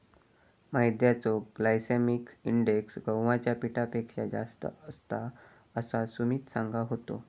मैद्याचो glycaemic index गव्हाच्या पिठापेक्षा जास्त असता, असा सुमित सांगा होतो